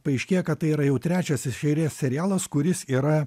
paaiškėja kad tai yra jau trečias iš eilės serialas kuris yra